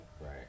right